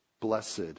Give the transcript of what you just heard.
blessed